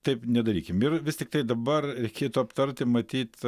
taip nedarykim ir vis tiktai dabar reikėtų aptarti matyt